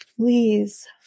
please